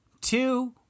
two